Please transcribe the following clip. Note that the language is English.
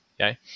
okay